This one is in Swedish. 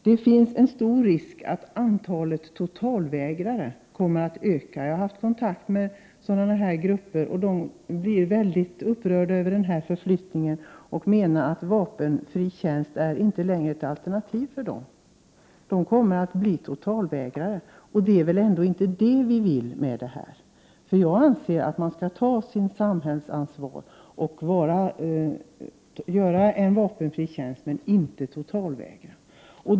Det finns en stor risk att antalet totalvägrare kommer att öka. Jag har haft kontakt med sådana grupper. De är mycket upprörda över den här förflyttningen och menar att vapenfri tjänst inte längre är ett alternativ för dem. De kommer att bli totalvägrare. Det är väl ändå inte detta vi vill åstadkomma? Jag anser att de skall ta sitt samhällsansvar och göra vapenfri tjänst, men inte totalvägra.